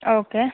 okay